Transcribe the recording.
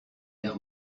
l’air